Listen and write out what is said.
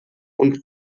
und